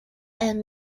and